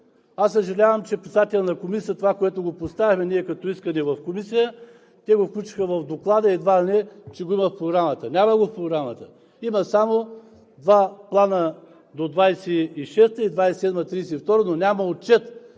Аз съжалявам, че председателят на Комисията, това, което поставяме ние като искане в Комисията, те го включиха в Доклада и едва ли не, че го има в Програмата. Няма го в Програмата. Има само два плана до 2026 г. и 2027 – 2032 г., но няма отчет